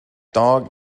dog